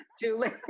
Julie